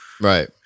right